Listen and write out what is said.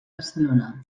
barcelona